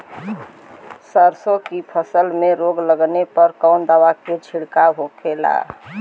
सरसों की फसल में रोग लगने पर कौन दवा के छिड़काव होखेला?